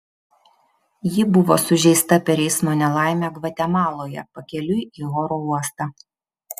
ji buvo sužeista per eismo nelaimę gvatemaloje pakeliui į oro uostą